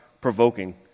provoking